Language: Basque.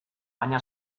baina